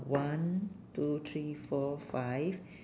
one two three four five